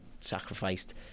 sacrificed